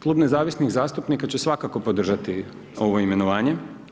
Klub nezavisnih zastupnika će svakako podržati ovo imenovanje.